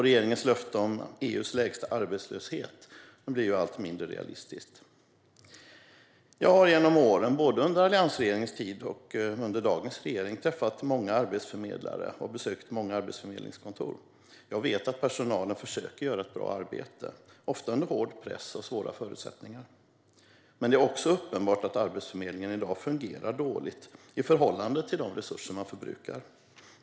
Regeringens löfte om EU:s lägsta arbetslöshet blir allt mindre realistiskt. Jag har genom åren, både under alliansregeringens tid och under dagens regering, träffat många arbetsförmedlare och besökt många av Arbetsförmedlingens kontor. Jag vet att personalen försöker göra ett bra arbete, ofta under hård press och svåra förutsättningar. Men det är också uppenbart att Arbetsförmedlingen i dag fungerar dåligt i förhållande till de resurser man förbrukar.